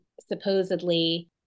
supposedly